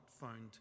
found